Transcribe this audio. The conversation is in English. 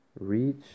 reach